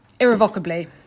irrevocably